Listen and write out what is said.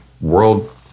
world